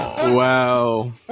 Wow